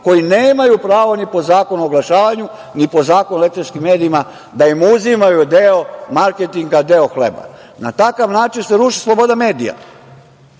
koji nemaj pravo ni po Zakonu o oglašavanju, ni po Zakonu o elektronskim medijima da im uzimaju deo marketinga, deo hleba. Na takav način se ruši sloboda medija,